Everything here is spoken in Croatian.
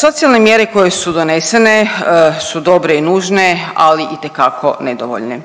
Socijalne mjere koje su donesene su dobre i nužne, ali itekako nedovoljne.